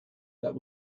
that